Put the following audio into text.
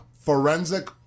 forensic